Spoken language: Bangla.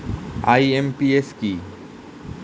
আই.এম.পি.এস কি?